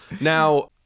Now